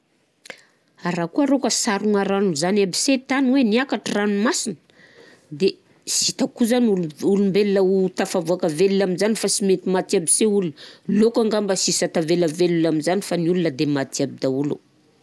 Raha koà rô ka sarogna rano zany aby se tany hoe niakatra ranomasigny de sy hitako zanyolo- olombel ho tafavôka vel aminjany fa sy mainsy maty aby se ol, lôko angamba sisa tavela vel aminzany fa ny olona de maty aby daholo.